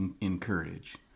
encourage